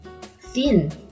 thin